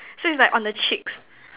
so is like on the cheeks